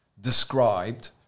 described